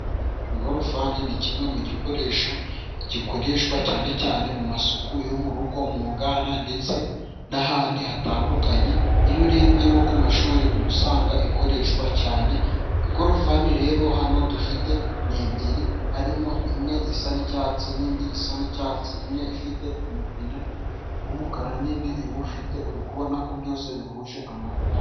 Ingorofani ni kimwe mu gikoresho gikoreshwa cyane cyane mu masuku yo mu rugo, mu nganda ndetse n'ahandi hatandukanye, iyo urebye nko ku mashuri ubu usanga ikoreshwa cyane. Ingorofani rero hano dufite ni ebyiri harimo imwe isa n'icyatsi n'indi isa n'icyatsi, imwe ifite umupine w'umukara n'indi iwufite uri kubona ko byose bihuje amabara.